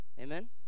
Amen